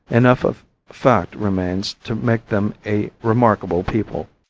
enough of fact remains to make them a remarkable people.